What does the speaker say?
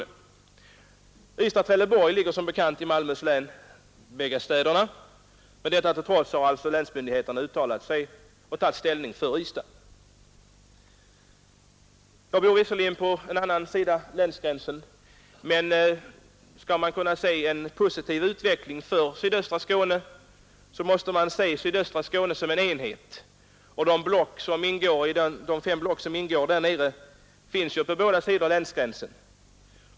Både Ystad och Trelleborg ligger som bekant i Malmöhus län, men detta till trots har alltså länsmyndigheterna tagit ställning för Ystad. Jag bor visserligen på andra sidan om länsgränsen, men skall man kunna få en positiv utveckling för sydöstra Skåne, måste man se hela sydöstra Skåne som en enhet, trots att de fem kommunblock som ingår där ligger på båda sidor om länsgränsen.